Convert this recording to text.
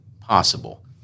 possible